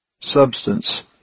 substance